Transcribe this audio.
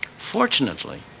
fortunately,